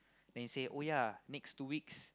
then he say oh yeah next two weeks